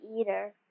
eater